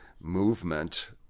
movement